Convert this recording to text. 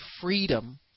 freedom